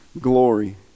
glory